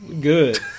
good